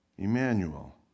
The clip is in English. Emmanuel